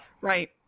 Right